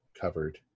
covered